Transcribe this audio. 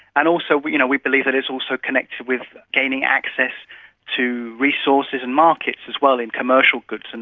and also we you know we believe that it's also connected with gaining access to resources and markets as well, in commercial goods, and